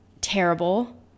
terrible